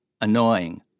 annoying